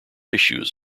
issues